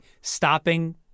stopping